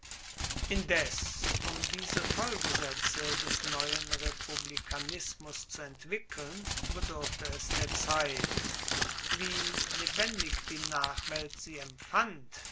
indes um diese folgesaetze des neuen republikanismus zu entwickeln bedurfte es der zeit wie lebendig die nachwelt sie empfand